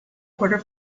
quarter